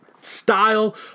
style